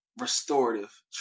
restorative